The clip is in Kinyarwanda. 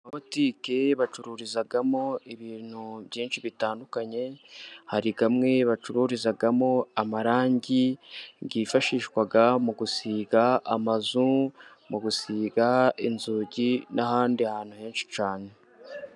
Amabotike bacururizamo ibintu byinshi bitandukanye, hari amwe bacururizamo amarangi yifashishwa mu gusiga amazu, mu gusiga inzugi n'ahandi hantu henshi cyane.